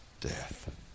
death